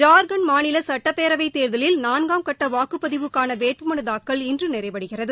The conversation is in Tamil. ஜார்க்கண்ட் மாநில சட்டப்பேரவைத் தேர்தலில் நான்காம் கட்ட வாக்குப்பதிவுக்கான வேட்புமனு தாக்கல் இன்று நிறைவடைகிறது